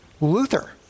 Luther